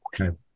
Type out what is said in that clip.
Okay